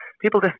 people